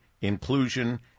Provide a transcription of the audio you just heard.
Inclusion